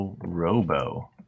robo